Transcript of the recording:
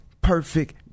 perfect